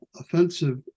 offensive